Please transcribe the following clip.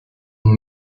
mon